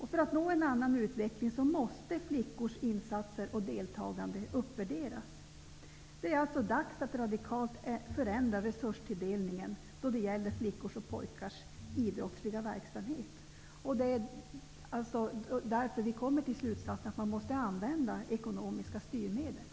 För att få en annan utveckling måste flickors insatser och deltagande uppvärderas. Det är dags att radikalt förändra resurstilldelningen när det gäller flickors och pojkars idrottsliga verksamhet. Vi kommer därför till slutsatsen att man måste använda ekonomiska styrmedel.